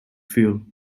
fuel